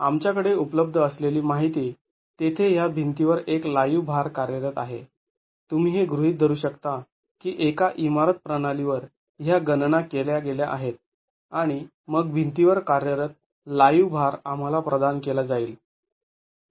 आमच्याकडे उपलब्ध असलेली माहिती तेथे ह्या भिंतीवर एक लाईव्ह भार कार्यरत आहे तुम्ही हे गृहीत धरू शकता की एका इमारत प्रणालीवर ह्या गणना केल्या गेल्या आहेत आणि मग भिंतीवर कार्यरत लाईव्ह भार आम्हाला प्रदान केला जाईल